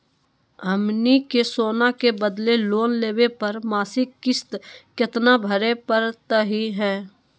हमनी के सोना के बदले लोन लेवे पर मासिक किस्त केतना भरै परतही हे?